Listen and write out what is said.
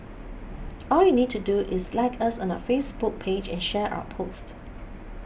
all you need to do is like us on our Facebook page and share our post